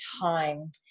time